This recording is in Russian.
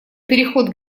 переход